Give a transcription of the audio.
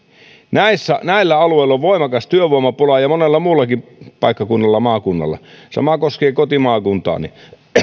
näillä alueilla on voimakas työvoimapula samoin monella muullakin paikkakunnalla ja maakunnalla sama koskee kotimaakuntaani